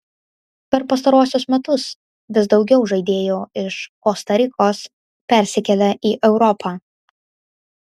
per pastaruosius metus vis daugiau žaidėjų iš kosta rikos persikelia į europą